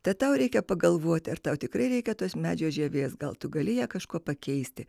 tad tau reikia pagalvoti ar tau tikrai reikia tos medžio žievės gal tu gali ją kažkuo pakeisti